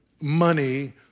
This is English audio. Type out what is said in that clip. money